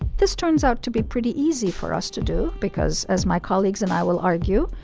this turns out to be pretty easy for us to do because, as my colleagues and i will argue,